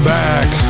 back